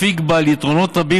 אפיק בעל יתרונות רבים,